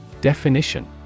Definition